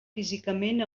físicament